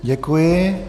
Děkuji.